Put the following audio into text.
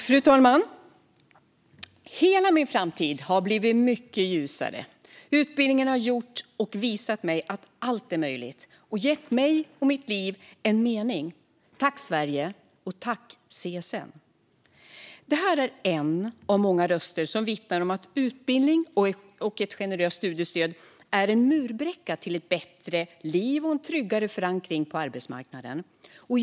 Fru talman! Hela min framtid har blivit mycket ljusare. Utbildningen har gjort och visat mig att allt är möjligt och gett mig och mitt liv en mening. Tack Sverige och tack CSN! Detta är en av många röster som vittnar om att utbildning och ett generöst studiestöd är en murbräcka till ett bättre liv och en tryggare förankring på arbetsmarknaden.